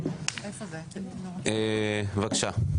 בבקשה.